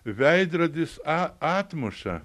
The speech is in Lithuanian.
veidrodis a atmuša